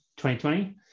2020